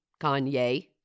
Kanye